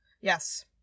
Yes